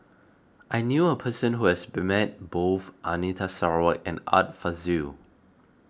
I knew a person who has be met both Anita Sarawak and Art Fazil